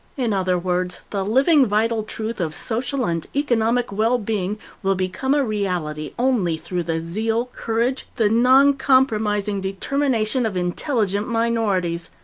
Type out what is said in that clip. in other words, the living, vital truth of social and economic well-being will become a reality only through the zeal, courage, the non-compromising determination of intelligent minorities,